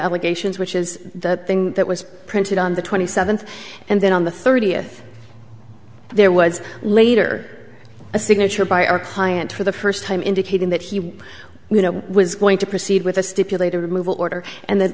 obligations which is the thing that was printed on the twenty seventh and then on the thirtieth there was later a signature by our client for the first time indicating that he was going to proceed with a stipulated removal order and the